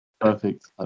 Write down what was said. Perfect